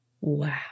Wow